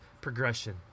progression